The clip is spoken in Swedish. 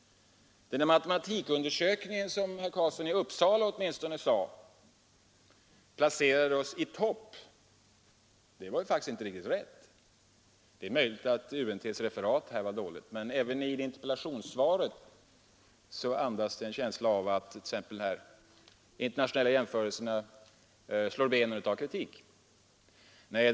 Matematikundersökningen placerade oss i topp, sade herr Carlsson i Uppsala, men det var faktiskt inte riktigt rätt. Det är möjligt att UNT:s referat var dåligt, men även interpellationssvaret andas en känsla av att de internationella jämförelserna slår benen av kritiken.